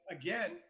again